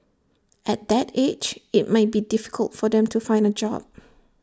at that age IT might be difficult for them to find A job